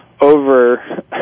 over